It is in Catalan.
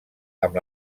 amb